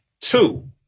two